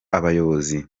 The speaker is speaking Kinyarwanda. abayobozi